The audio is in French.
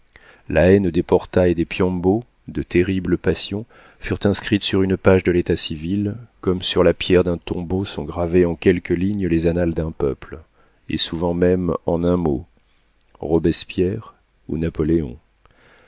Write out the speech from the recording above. la haine des porta et des piombo de terribles passions furent inscrites sur une page de l'état civil comme sur la pierre d'un tombeau sont gravées en quelques lignes les annales d'un peuple et souvent même en un mot robespierre ou